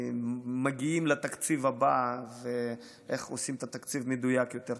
מגיעים לתקציב הבא ואיך עושים את התקציב מדויק יותר,